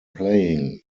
playing